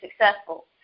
successful